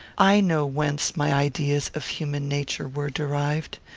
i know whence my ideas of human nature were derived.